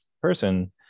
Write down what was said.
person